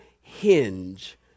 hinge